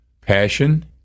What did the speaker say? passion